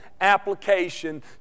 application